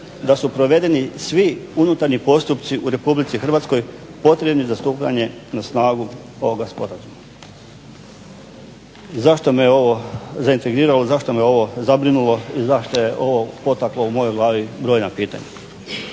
da su provedeni svi unutarnji postupci u Republici Hrvatskoj potrebni za stupanje na snagu ovoga sporazuma. Zašto me ovo zaintegriralo, zašto me ovo zabrinulo i zašto je ovo potaklo u mojoj glavi brojna pitanja?